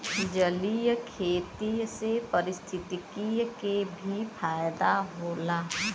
जलीय खेती से पारिस्थितिकी के भी फायदा होला